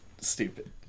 stupid